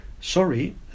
sorry